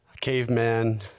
caveman